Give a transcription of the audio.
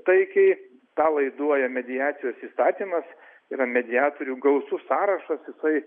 taikiai tą laiduoja mediacijos įstatymas yra mediatorių gausus sąrašas jisai